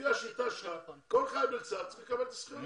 לפי השיטה שלך כל חייל בצה"ל צריך לקבל את הזכויות האלה.